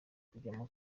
kujyamo